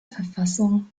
verfassung